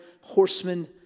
horsemen